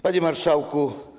Panie Marszałku!